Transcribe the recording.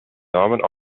namen